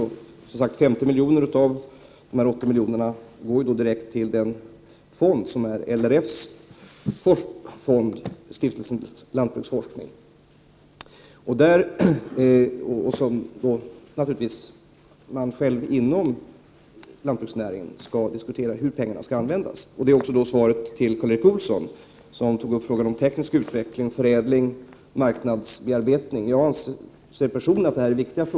50 av dessa 80 milj.kr. överförs alltså direkt till Stiftelsen Lantbruksforskning, som är en av LRF grundad forskningsstiftelse. Och man skall naturligtvis inom lantbruksnäringen diskutera hur pengarna skali användas. Det är också svar på Karl Erik Olssons fråga om teknisk utveckling, förädling och marknadsbearbetning. Jag anser personligen, liksom Karl Erik Olsson, att dessa frågor är viktiga. Prot.